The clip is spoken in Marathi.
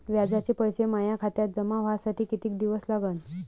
व्याजाचे पैसे माया खात्यात जमा व्हासाठी कितीक दिवस लागन?